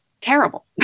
terrible